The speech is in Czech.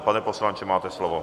Pane poslanče, máte slovo.